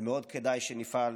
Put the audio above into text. כדאי מאוד שנפעל